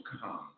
come